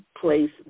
place